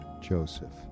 Joseph